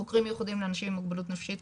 חוקרים מיוחדים לאנשים עם מוגבלות נפשית,